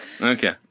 Okay